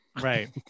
right